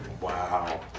Wow